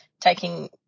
taking